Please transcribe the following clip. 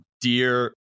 dear